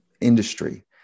industry